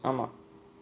ஆமா:aamaa